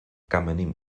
kamenným